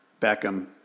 Beckham